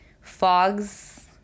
fogs